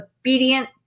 obedient